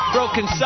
Broken